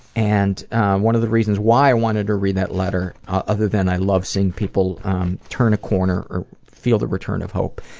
and one of the reasons why i wanted to read that letter, other than i love seeing people turn a corner or feel the return of hope,